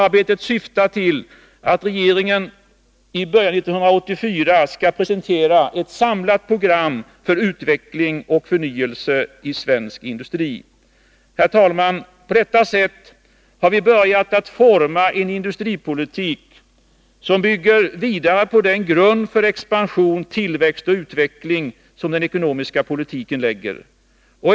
Arbetet syftar till att regeringen i början av 1984 skall presentera ett samlat program för utveckling och förnyelse i svensk industri. Herr talman! På detta sätt har vi börjat att forma en industripolitik som bygger vidare på den grund för expansion, tillväxt och utveckling som den ekonomiska politiken lägger.